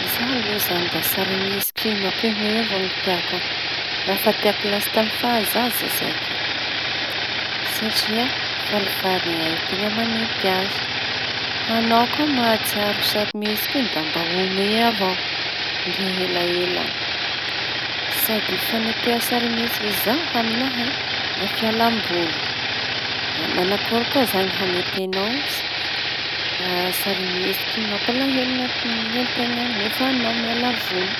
Zaho loa da sarimihetsiky mampihehy avao no tiako raha; raha efa nitiako las tamy fahazaza zay satria falifaly ain-teña mañenty azy. añao koa mahatsiaro sarimihetsiky iñy da mbô omehy avao. Sady fanenteha sarimihetsiky zao aminahy e da fialam-boly, da manakory koa izañy aminao sarimihetsiky mampalahelo ny n- n- nenteñao nefa añao miala voly.